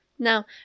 Now